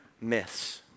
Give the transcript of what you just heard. myths